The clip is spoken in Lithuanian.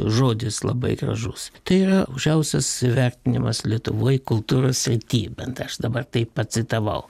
žodis labai gražus tai yra aukščiausias įvertinimas lietuvoj kultūros srity bent aš dabar taip pacitavau